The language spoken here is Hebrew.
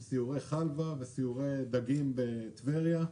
עם סיורי חלווה וסיורי דגים בטבריה,